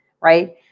right